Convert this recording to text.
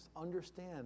understand